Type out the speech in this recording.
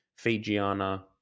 Fijiana